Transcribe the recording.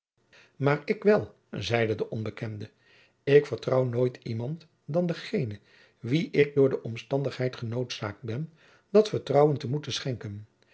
maar ik wel zeide de onbekende ik vertrouw nooit iemand dan dengene wien ik door de omstandigheid genoodzaakt ben dat vertrouwen te moeten schenken